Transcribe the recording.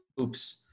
oops